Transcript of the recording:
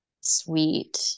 sweet